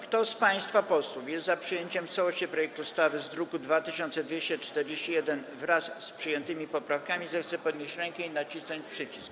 Kto z państwa posłów jest za przyjęciem w całości projektu ustawy w brzmieniu z druku nr 2241, wraz z przyjętymi poprawkami, zechce podnieść rękę i nacisnąć przycisk.